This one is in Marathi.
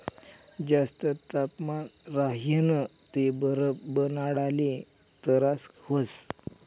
जास्त तापमान राह्यनं ते बरफ बनाडाले तरास व्हस